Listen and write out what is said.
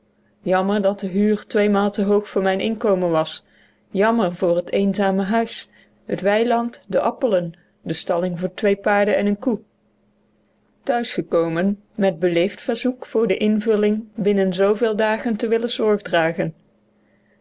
jammer dat de huur tweemaal te hoog voor mijn inkomen was jammer voor het eenzame huis het wei appelen de stalling voor twee paarden en een koe land e thuisgekomen lag een formulier van de belasting met b e l e e f d verzoek voor de invulling binnen zooveel dagen te willen zorgdragen